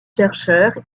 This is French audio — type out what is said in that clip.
chercheurs